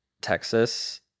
Texas